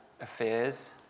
affairs